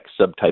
subtype